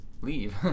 leave